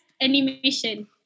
animation